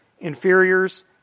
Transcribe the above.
inferiors